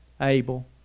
Abel